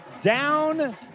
down